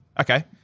Okay